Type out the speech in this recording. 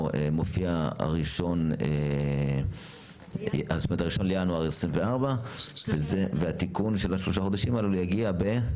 מופיע ה-1 בינואר 2024 והתיקון של שלושת החודשים האלה יגיע ב-?